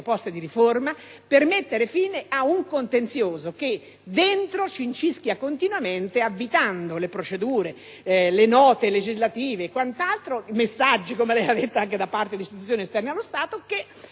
proposte di riforma per mettere fine al contenzioso, ma si cincischia continuamente, avvitando le procedura, le note legislative, i messaggi - come lei ha detto - anche da parte di istituzioni esterne allo Stato, che